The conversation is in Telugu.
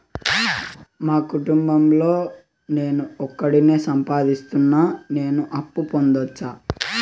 మా కుటుంబం లో నేను ఒకడినే సంపాదిస్తున్నా నేను అప్పు పొందొచ్చా